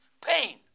pain